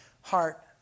heart